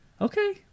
okay